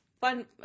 Fun